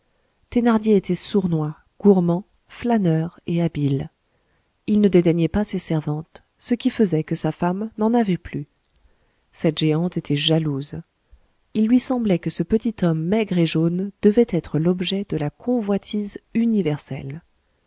thénardier était sournois gourmand flâneur et habile il ne dédaignait pas ses servantes ce qui faisait que sa femme n'en avait plus cette géante était jalouse il lui semblait que ce petit homme maigre et jaune devait être l'objet de la convoitise universelle